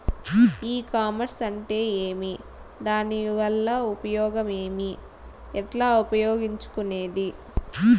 ఈ కామర్స్ అంటే ఏమి దానివల్ల ఉపయోగం ఏమి, ఎట్లా ఉపయోగించుకునేది?